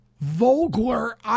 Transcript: Vogler